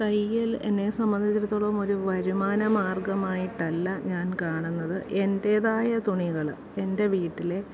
തയ്യൽ എന്നെ സംബന്ധിച്ചിടത്തോളം ഒരു വരുമാന മാർഗ്ഗമായിട്ടല്ല ഞാൻ കാണുന്നത് എൻ്റേതായ തുണികൾ എൻ്റെ വീട്ടിലെ